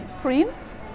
prints